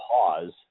pause